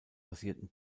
basierten